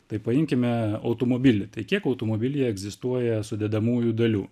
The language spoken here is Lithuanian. tai paimkime automobilį tai kiek automobilyje egzistuoja sudedamųjų dalių